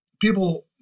people